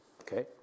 okay